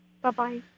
Bye-bye